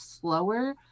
slower